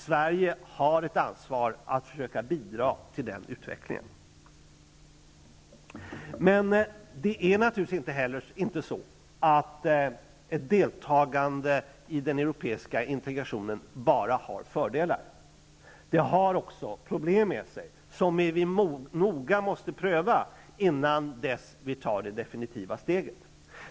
Sverige har ett ansvar för att försöka bidra till den utvecklingen. Det är naturligtvis inte så att ett deltagande i den europeiska integrationen bara har fördelar. Det för också problem med sig som vi noga måste pröva, innan vi tar det definitiva steget.